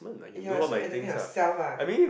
ya so entertain yourself lah